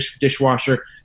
dishwasher